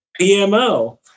PMO